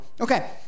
Okay